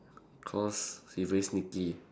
cause he very sneaky